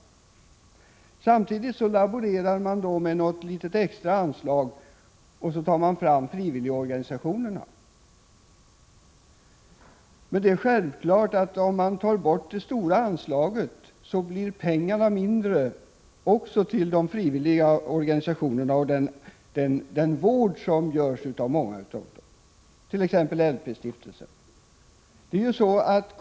Samtidigt laborerar ni med ett litet extra anslag och framhåller frivilligorganisationernas betydelse. Men om man slopar det stora anslaget, blir naturligtvis bidragen till frivilligorganisationerna mindre, och därmed minskar också dessa organisationers möjligheter att ge vård. Detta gäller bl.a. LP-stiftelsen.